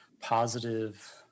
positive